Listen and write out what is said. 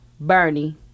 Bernie